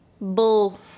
bull